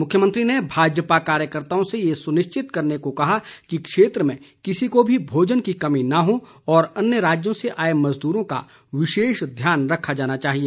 मुख्यमंत्री ने भाजपा कार्यकर्ताओं से ये सुनिश्चित करने को कहा कि क्षेत्र में किसी को भी भोजन की कमी न हो और अन्य राज्यों से आए मजदूरों का विशेष ध्यान रखा जाना चाहिए